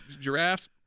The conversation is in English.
giraffes